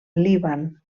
líban